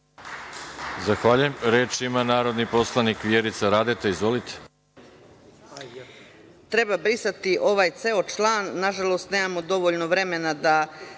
Zahvaljujem. Reč ima narodni poslanik Vjerica Radeta. Izvolite.